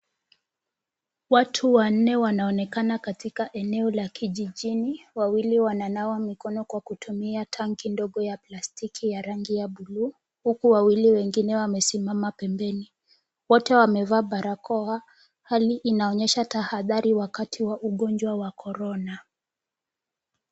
Watu wanne wanaonekana katika eneo la kijijini, wawili wananawa mikono kwa kutumia tanki ndogo ya plastiki ya rangi ya bluu, huku wawili wengine wamesimama pembeni. Wote wamevaa barakoa, hali inaonyesha tahadhari wakati wa ugonjwa wa korona.